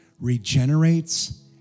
regenerates